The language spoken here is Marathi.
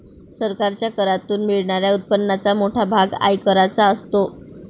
सरकारच्या करातून मिळणाऱ्या उत्पन्नाचा मोठा भाग आयकराचा असतो